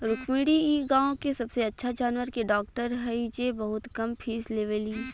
रुक्मिणी इ गाँव के सबसे अच्छा जानवर के डॉक्टर हई जे बहुत कम फीस लेवेली